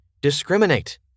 discriminate